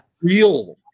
Real